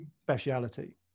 speciality